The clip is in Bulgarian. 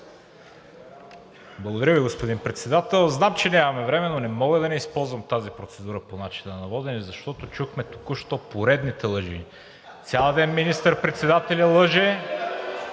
Благодаря Ви, господин Председател. Знам, че нямаме време, но не мога да използвам тази процедура по начина на водене, защото чухме току-що поредните лъжи. Цял ден министър-председателят лъже